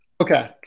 okay